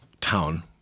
town